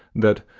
that,